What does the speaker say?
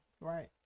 right